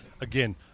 again